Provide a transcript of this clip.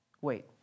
Wait